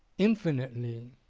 infinitely.